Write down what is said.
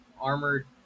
Armored